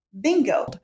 bingo